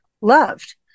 loved